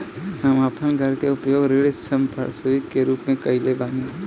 हम आपन घर के उपयोग ऋण संपार्श्विक के रूप में कइले बानी